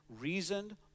Reasoned